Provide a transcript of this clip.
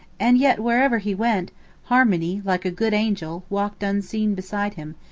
and yet wherever he went harmony, like a good angel, walked unseen beside him,